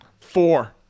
Four